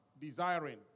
desiring